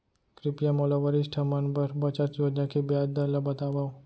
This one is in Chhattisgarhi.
कृपया मोला वरिष्ठ मन बर बचत योजना के ब्याज दर ला बतावव